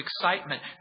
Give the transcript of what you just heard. excitement